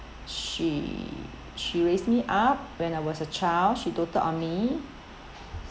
she she raised me up when I was a child she doted on me